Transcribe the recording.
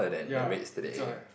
ya it's err like